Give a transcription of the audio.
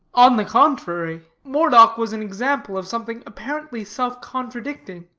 on the contrary, moredock was an example of something apparently self-contradicting,